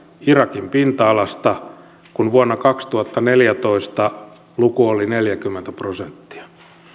irakin pinta alasta kun vuonna kaksituhattaneljätoista luku oli neljäkymmentä prosenttia